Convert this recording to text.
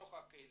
מתוך הקהילה.